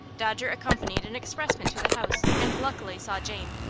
dodger accompanied an expressman to the house, and luckily saw jane,